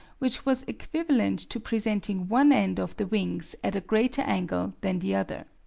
which was equivalent to presenting one end of the wings at a greater angle than the other.